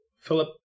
Philip